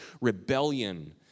rebellion